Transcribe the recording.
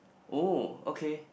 oh okay